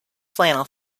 flannel